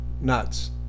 nuts